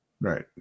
Right